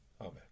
Amen